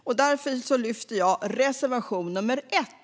Därför yrkar jag bifall till reservation 1.